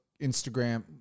Instagram